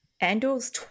Andor's